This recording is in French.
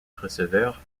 receveur